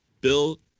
Bill